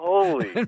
Holy